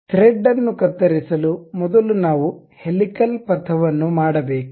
thread ಅನ್ನು ಕತ್ತರಿಸಲು ಮೊದಲು ನಾವು ಹೆಲಿಕಲ್ ಪಥವನ್ನು ಮಾಡಬೇಕು